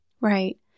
Right